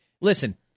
Listen